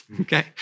okay